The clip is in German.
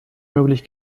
möglich